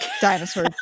dinosaur